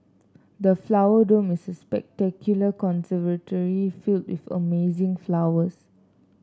the Flower Dome is a spectacular conservatory filled with amazing flowers